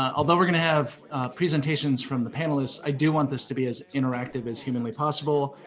ah although we're gonna have presentations from the panelists, i do want this to be as interactive as humanly possible,